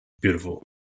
beautiful